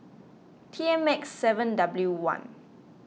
T M X seven W one